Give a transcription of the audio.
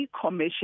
commission